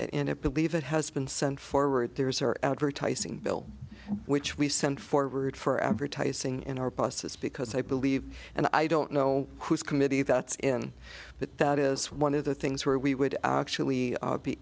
it believe it has been sent forward there's are advertising bill which we send forward for advertising in our buses because i believe and i don't know who's committee that's in but that is one of the things where we would actually be